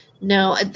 No